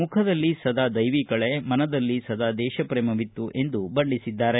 ಮುಖದಲ್ಲಿ ಸದಾ ದೈವಿಕಳೆ ಮನದಲ್ಲಿ ಸದಾ ದೇಶ ಪ್ರೇಮವಿತ್ತು ಎಂದು ಬಣ್ಣಿಸಿದ್ದಾರೆ